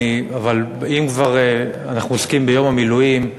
אם כבר אנחנו עוסקים ביום המילואים,